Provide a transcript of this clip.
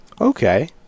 Okay